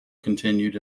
continued